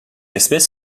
espèce